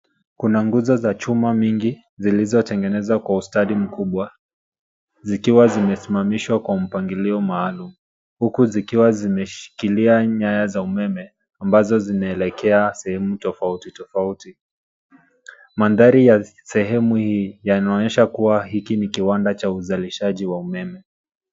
Kuna nguzo za chuma mingi zilizotengenezwa kwa ustadi mkubwa zikiwa zimesimamishwa kwa mpango maalum huku zikiwa zimeshikilia nyaya za umeme ambazo zinaelekea sehemu tofauti tofauti. Mandhari ya sehemu hii yanaonyesha kuwa hiki ni kiwanda cha uzalishaji wa umeme.